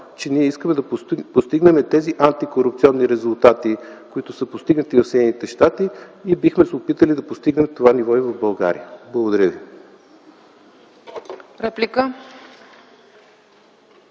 че ние искаме да постигнем тези антикорупционни резултати, които са постигнати в Съединените щати, и бихме се опитали да постигнем това ниво и в България. Благодаря.